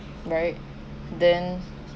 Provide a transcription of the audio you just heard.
right then